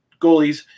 goalies